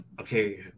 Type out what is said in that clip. okay